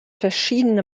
verschiedene